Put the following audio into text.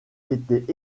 étaient